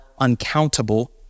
uncountable